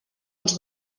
uns